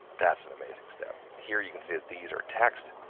that's an amazing step. here, you can see that these are text,